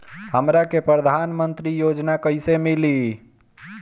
हमरा के प्रधानमंत्री योजना कईसे मिली?